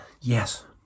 yes